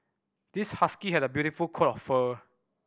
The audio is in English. this husky had a beautiful coat of fur